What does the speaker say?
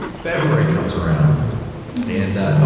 february comes around and, oh,